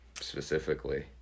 specifically